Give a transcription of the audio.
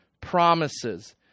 promises